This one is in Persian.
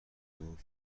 میگفت